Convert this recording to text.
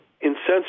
insensitive